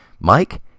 Mike